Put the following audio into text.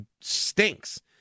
stinks